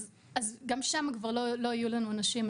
אז גם שם לא יהיו לנו אנשים.